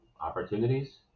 opportunities